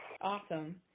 Awesome